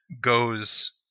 goes